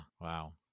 wow